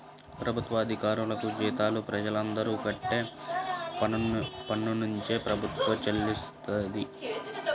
ప్రభుత్వ అధికారులకు జీతాలు ప్రజలందరూ కట్టే పన్నునుంచే ప్రభుత్వం చెల్లిస్తది